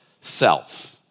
self